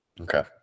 Okay